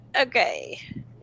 okay